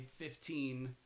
15